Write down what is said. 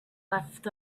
left